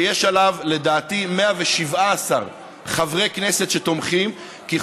שיש לדעתי 117 חברי כנסת שתומכים בו,